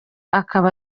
akaba